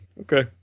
Okay